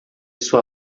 sua